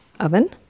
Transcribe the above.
oven